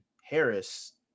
Harris